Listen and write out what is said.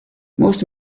most